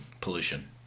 pollution